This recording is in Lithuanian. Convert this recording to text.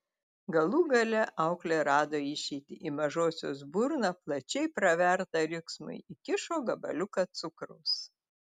galų gale auklė rado išeitį į mažosios burną plačiai pravertą riksmui įkišo gabaliuką cukraus